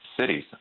cities